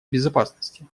безопасности